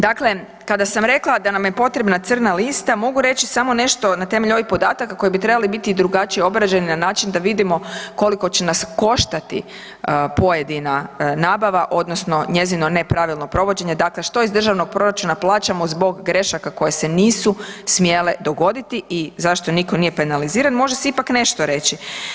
Dakle, kada sam rekla da nam je potrebna crna lista mogu reći samo nešto na temelju ovih podataka koji bi trebali biti drugačije obrađeni na način da vidimo koliko će nas koštati pojedina nabava odnosno njezino nepravilno provođenje, dakle što iz državnog proračuna plaćamo zbog grešaka koje se nisu smjele dogoditi i zašto niko nije penaliziran, može se ipak nešto reći.